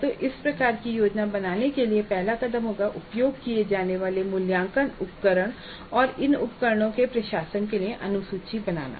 तो इस तरह की योजना बनाने के लिए पहला कदम होगा उपयोग किए जाने वाले मूल्यांकन उपकरण और इन उपकरणों के प्रशासन के लिए अनुसूची बनाना